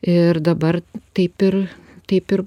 ir dabar taip ir taip ir